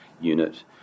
Unit